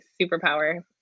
superpower